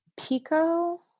Pico